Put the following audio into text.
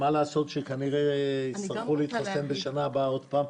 אבל מה לעשות שכנראה יצטרכו להתחסן בשנה הבאה עוד פעם.